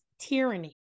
tyranny